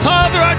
Father